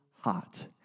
hot